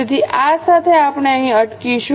તેથી આ સાથે અહીં અટકશું